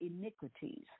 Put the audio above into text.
iniquities